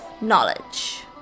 knowledge